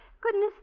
Goodness